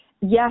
yes